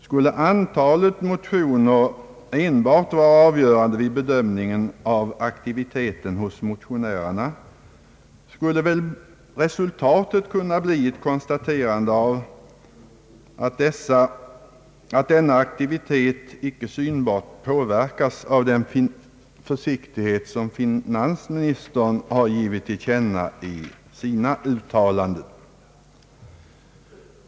Skulle antalet motioner enbart vara avgörande vid bedömningen av aktiviteten hos motionärerna, skulle väl resultatet kunna bli ett konstaterande att denna aktivitet icke synbart påverkas av den försiktighet som finansministern har givit till känna i sina uttalanden.